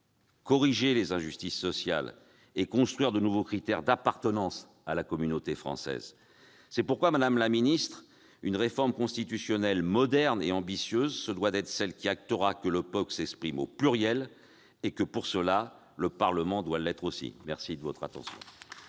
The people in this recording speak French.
corriger les injustices sociales et construire de nouveaux critères d'appartenance à la communauté française. C'est pourquoi, madame la garde des sceaux, une réforme constitutionnelle moderne et ambitieuse se doit d'acter que le peuple s'exprime au pluriel et que, pour cette raison, le Parlement doit l'être aussi ! La parole est